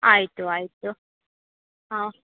ಆಯಿತು ಆಯಿತು ಹಾಂ